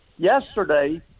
Yesterday